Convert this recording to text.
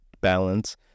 balance